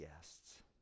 guests